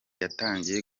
yatangiye